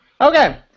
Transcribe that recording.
Okay